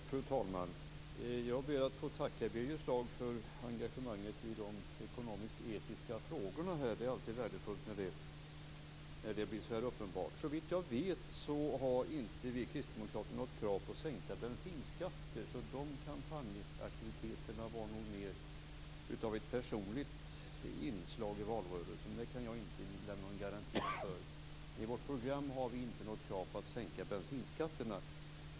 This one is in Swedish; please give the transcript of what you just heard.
Fru talman! Jag ber att få tacka Birger Schlaug för engagemanget i de ekonomisk-etiska frågorna. Det är alltid värdefullt när det blir så här uppenbart. Såvitt jag vet har inte vi kristdemokrater något krav på sänkta bensinskatter. De kampanjaktiviteterna var nog mer av ett personligt inslag i valrörelsen. Det kan jag inte lämna någon garanti för. I vårt program har vi inte något krav på att sänka bensinskatterna.